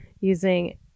using